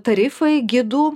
tarifai gidų